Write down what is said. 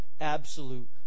absolute